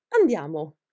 andiamo